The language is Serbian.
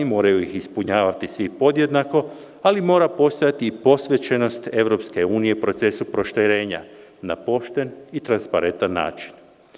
Moraju ih ispunjavati svi podjednako, ali mora postojati i posvećenost Evropske unije u procesu proširenja na pošten i transparentan način.